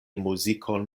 muzikon